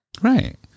Right